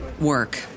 work